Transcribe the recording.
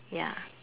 ya